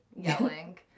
yelling